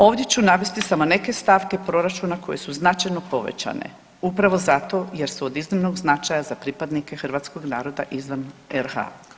Ovdje ću navesti samo neke stavke proračuna koje su značajno povećane upravo zato jer su od iznimnog značaja za pripadnike hrvatskog naroda izvan RH.